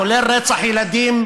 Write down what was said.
כולל רצח ילדים,